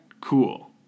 Cool